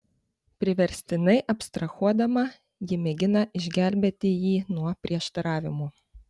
priverstinai abstrahuodama ji mėgina išgelbėti jį nuo prieštaravimų